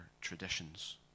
traditions